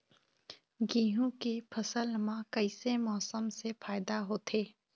गेहूं के फसल म कइसे मौसम से फायदा होथे?